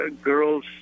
girls